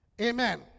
Amen